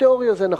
בתיאוריה זה נכון.